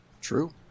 True